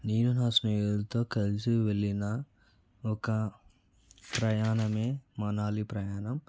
నేను నా స్నేహితులతో కలిసి వెళ్ళిన ఒక ప్రయాణమే మనాలి ప్రయాణం